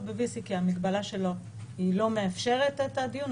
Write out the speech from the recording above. ב-VC כי ההגבלה שלו לא מאפשרת את הדיון,